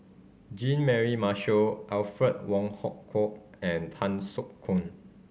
Jean Mary Marshall Alfred Wong Hong Kwok and Tan Soo Khoon